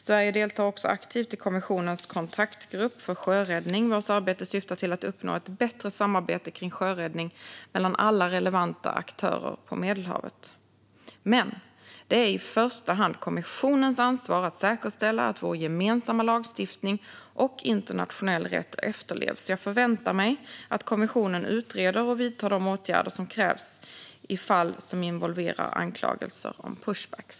Sverige deltar också aktivt i kommissionens kontaktgrupp för sjöräddning, vars arbete syftar till att uppnå ett bättre samarbete kring sjöräddning mellan alla relevanta aktörer på Medelhavet. Men det är i första hand kommissionens ansvar att säkerställa att vår gemensamma lagstiftning och internationell rätt efterlevs. Jag förväntar mig att kommissionen utreder och vidtar de åtgärder som krävs i fall som involverar anklagelser om pushbacks.